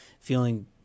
feeling